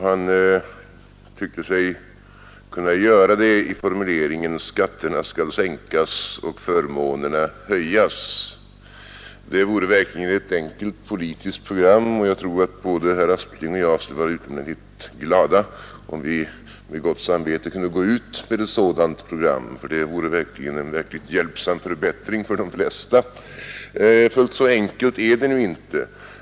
Han tyckte sig kunna göra det med formuleringen: Skatterna skall sänkas och förmånerna höjas. Det vore verkligen ett enkelt politiskt program. Jag tror att både herr Aspling och jag skulle vara utomordentligt glada om vi med gott samvete kunde gå ut med ett sådant program, för det skulle verkligen innebära en mycket stor förbättring för de flesta. Fullt så enkelt är det nu inte.